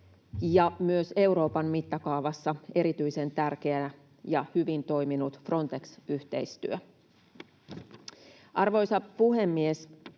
myös Euroopan mittakaavassa erityisen tärkeää, samoin hyvin toiminut Frontex-yhteistyö. Arvoisa puhemies!